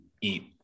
eat